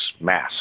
mass